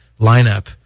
lineup